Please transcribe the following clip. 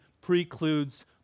precludes